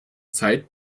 zeit